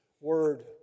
word